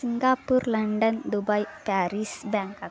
Singapore London Dubai Paris Bangkok